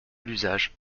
l’usage